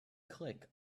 click